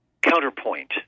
counterpoint